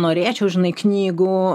norėčiau žinai knygų